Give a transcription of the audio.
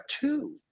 two